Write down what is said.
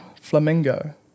Flamingo